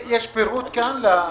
יש כאן פירוט לתקציב?